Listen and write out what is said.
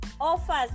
offers